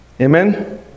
Amen